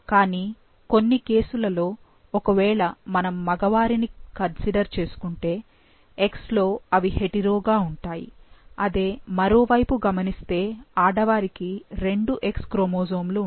కానీ కొన్ని కేసులలో ఒకవేళ మనము మగ వారిని కన్సిడర్ చేసుకుంటే X లో అవి హెటేరో గా ఉంటాయి అదే మరోవైపు గమనిస్తే ఆడవారికి రెండు X క్రోమోజోమ్లు ఉంటాయి